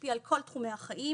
שמשפיע על כל תחומי החיים.